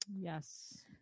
Yes